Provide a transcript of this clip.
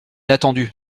attendu